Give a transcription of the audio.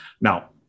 Now